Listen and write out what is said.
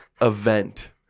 event